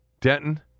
Denton